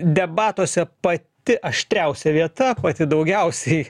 debatuose pati aštriausia vieta pati daugiausiai